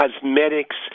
cosmetics